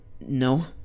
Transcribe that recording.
No